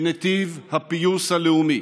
בנתיב הפיוס הלאומי.